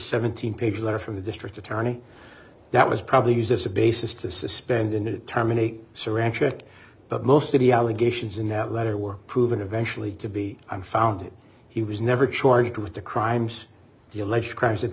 seventeen page letter from the district attorney that was probably used as a basis to suspend him to terminate saran check but most of the allegations in that letter were proven eventually to be unfounded he was never charged with the crimes the alleged crimes that